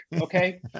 okay